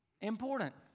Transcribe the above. important